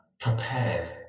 prepared